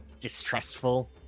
distrustful